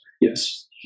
yes